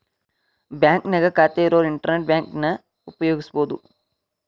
ಬಾಂಕ್ನ್ಯಾಗ ಖಾತೆ ಇರೋರ್ ಇಂಟರ್ನೆಟ್ ಬ್ಯಾಂಕಿಂಗನ ಉಪಯೋಗಿಸಬೋದು